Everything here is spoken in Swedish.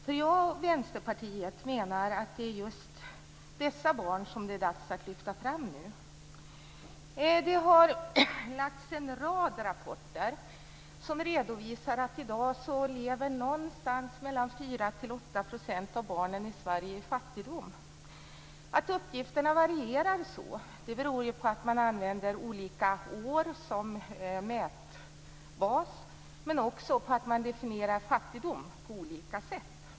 Jag och Vänsterpartiet menar att det är just dessa barn som det nu är dags att lyfta fram. Det har lagts fram en rad rapporter som redovisar att mellan 4 och 8 % av barnen i Sverige i dag lever i fattigdom. Att uppgifterna varierar så beror på att man använder olika år som mätbas, men också på att man definierar fattigdom på olika sätt.